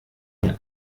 mir